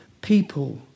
people